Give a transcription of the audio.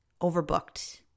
overbooked